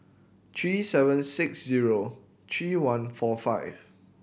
three seven six zero three one four five